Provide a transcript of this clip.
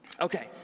Okay